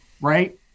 right